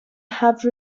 have